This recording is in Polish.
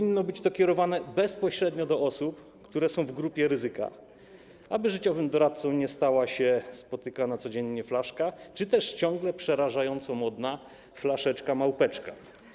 Należałoby kierować je bezpośrednio do osób, które są w grupie ryzyka, aby życiowym doradcą nie stała się spotykana codziennie flaszka czy też ciągle przerażająco modna flaszeczka małpeczka.